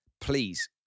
Please